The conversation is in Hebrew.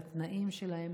לתנאים שלהם,